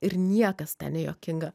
ir niekas ten nejuokinga